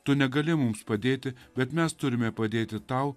tu negali mums padėti bet mes turime padėti tau